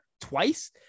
Twice